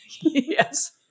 Yes